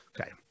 Okay